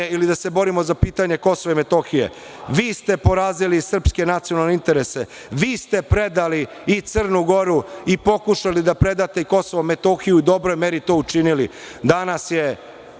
i da se borimo za pitanje KiM.Vi ste porazili srpske nacionalne interese, vi ste predali i Crnu Goru i pokušali da predate Kosovo i Metohiju i u dobroj meri učinili. Danas je